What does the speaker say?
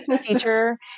teacher